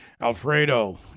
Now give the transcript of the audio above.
Alfredo